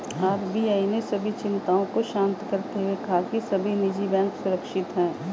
RBI ने सभी चिंताओं को शांत करते हुए कहा है कि सभी निजी बैंक सुरक्षित हैं